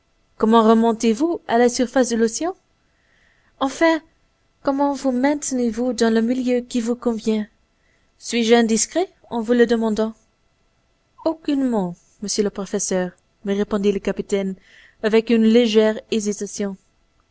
comment remontez vous à la surface de l'océan enfin comment vous maintenez vous dans le milieu qui vous convient suis-je indiscret en vous le demandant aucunement monsieur le professeur me répondit le capitaine après une légère hésitation